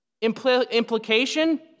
Implication